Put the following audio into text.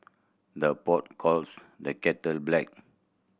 the pot calls the kettle black